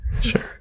Sure